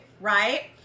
right